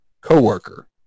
coworker